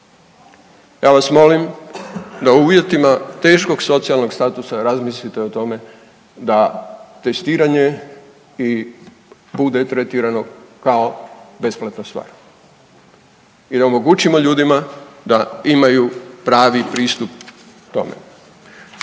Ja vas molim da u uvjetima teškog socijalnog statusa razmislite o tome da testiranje i bude tretirano kao besplatna stvar i da omogućimo ljudima da imaju pravi pristup tome.